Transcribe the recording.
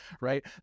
Right